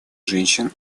женщин